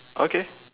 okay